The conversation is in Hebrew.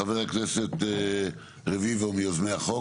חבר הכנסת רביבו, מיוזמי החוק.